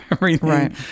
Right